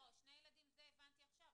שני ילדים, זה הבנתי עכשיו.